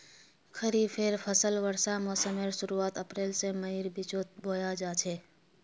खरिफेर फसल वर्षा मोसमेर शुरुआत अप्रैल से मईर बिचोत बोया जाछे